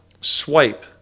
Swipe